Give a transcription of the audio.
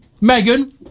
Megan